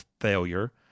failure